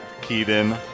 Keaton